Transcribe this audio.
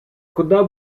куда